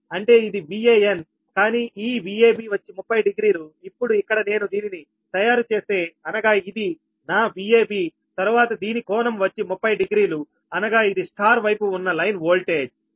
అంటే ఇది VAnకానీ ఈ VAB వచ్చి 30 డిగ్రీలు ఇప్పుడు ఇక్కడ నేను దీనిని తయారు చేస్తే అనగా ఇది నా VAB తరువాత దీని కోణం వచ్చి 30 డిగ్రీలు అనగా ఇది స్టార్ వైపు ఉన్న లైన్ ఓల్టేజ్